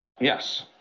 Yes